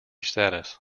status